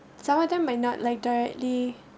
some of them may not like directly